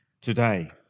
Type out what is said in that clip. today